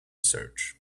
search